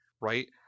right